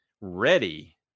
ready